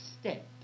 step